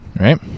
Right